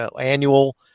annual